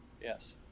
Yes